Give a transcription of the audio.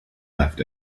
left